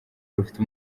rufite